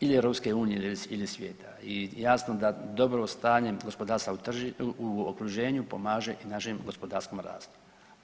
ili EU ili svijeta i jasno da dobro stanje gospodarstva u okruženju pomaže i našem gospodarskom rastu.